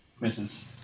Misses